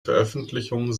veröffentlichung